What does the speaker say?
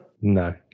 no